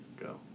Go